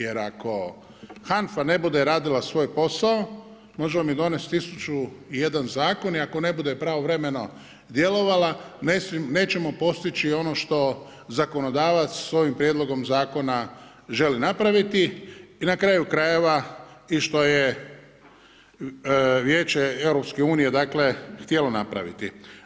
Jer ako HANFA ne bude radila svoj posao, može vam donesti tisuću i jedan zakon i ako ne bude pravovremeno djelovala, nećemo postići ono što zakonodavac s ovim prijedlogom zakona želi napraviti i na kraju krajeva, i što je Vijeće EU htjelo napraviti.